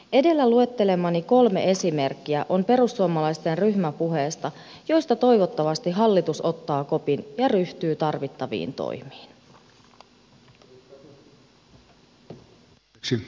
edellä luettelemani kolme esimerkkiä ovat perussuomalaisten ryhmäpuheesta josta toivottavasti hallitus ottaa kopin ja ryhtyy tarvittaviin toimiin